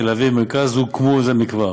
תל-אביב ומרכז הוקמו זה מכבר.